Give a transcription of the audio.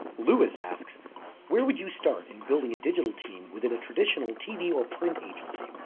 lewis asks where would you start in building a digital team within a traditional tv or print agency?